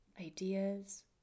ideas